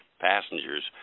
passengers